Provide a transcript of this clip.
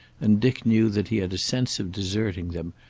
and dick knew that he had a sense of deserting them,